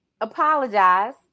apologize